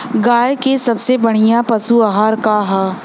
गाय के सबसे बढ़िया पशु आहार का ह?